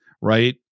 right